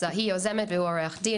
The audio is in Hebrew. היא יוזמת והוא עורך דין,